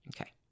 Okay